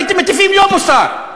הייתם מטיפים לו מוסר,